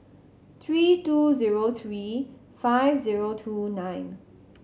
three two zero three five zero two nine